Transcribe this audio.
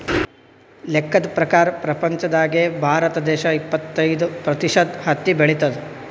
ಲೆಕ್ಕದ್ ಪ್ರಕಾರ್ ಪ್ರಪಂಚ್ದಾಗೆ ಭಾರತ ದೇಶ್ ಇಪ್ಪತ್ತೈದ್ ಪ್ರತಿಷತ್ ಹತ್ತಿ ಬೆಳಿತದ್